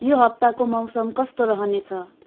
यो हप्ताको मौसम कस्तो रहने छ